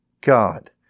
God